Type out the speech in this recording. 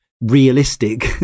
realistic